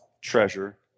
treasure